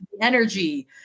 energy